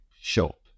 shop